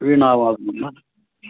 वीणावादनं वा